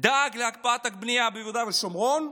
דאג להקפאת הבנייה ביהודה ושומרון,